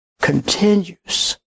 continues